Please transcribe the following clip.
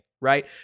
right